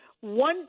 one